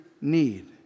need